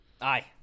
Aye